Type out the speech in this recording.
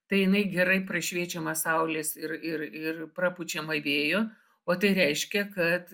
tai jinai gerai prašviečiama saulės ir ir ir prapučiama vėjo o tai reiškia kad